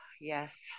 Yes